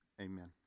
Amen